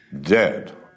Dead